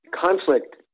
conflict